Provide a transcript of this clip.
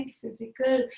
physical